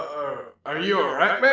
are are you alright, man?